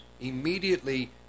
immediately